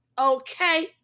Okay